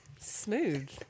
smooth